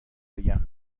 بگم